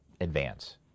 advance